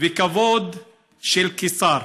וכבוד של קיסר.